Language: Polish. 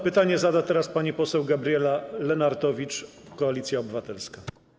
Pytanie zada pani poseł Gabriela Lenartowicz, Koalicja Obywatelska.